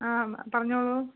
ആ പറഞ്ഞോളൂ